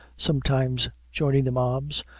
sometimes joining the mobs,